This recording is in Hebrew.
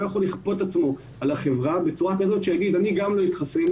לא יכול לכפות את עצמו על החברה בצורה כזאת שהוא יגיד שהוא גם לא יתחסן,